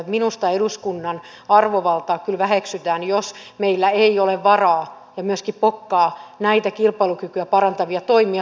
minusta eduskunnan arvovaltaa kyllä väheksytään jos meillä ei ole varaa ja myöskään pokkaa näitä kilpailukykyä parantavia toimia tutkia